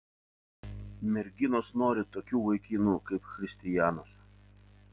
merginos nori tokių vaikinų kaip christijanas